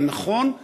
יהיה נכון,